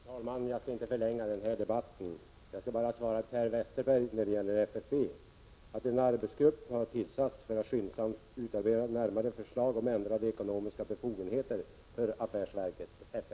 Fru talman! Jag skall inte förlänga debatten utan bara säga till Per Westerberg angående FFV att en arbetsgrupp har tillsatts för att skyndsamt utarbeta närmare förslag om ändrade ekonomiska befogenheter för affärsverket FFV.